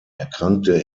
erkrankte